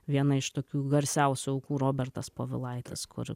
viena iš tokių garsiausių aukų robertas povilaitis kur